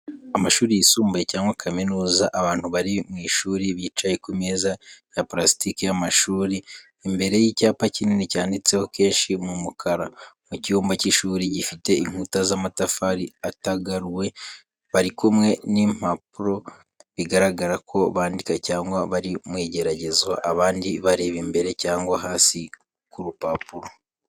Amashuri yisumbuye cyangwa kaminuza, abantu bari mu ishuri bicaye ku meza ya parasitike y’amashuri, imbere y’icyapa kinini cyanditseho kenshi mu mukara. Mu cyumba cy’ishuri gifite inkuta z’amatafari atagaruwe. Bari kumwe n’impapuro, bigaragara ko bandika cyangwa bari mu igeragezwa, abandi bareba imbere cyangwa hasi ku rupapuro.